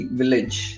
village